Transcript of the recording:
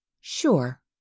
Sure